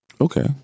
Okay